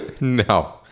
No